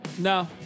No